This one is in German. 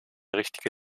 richtige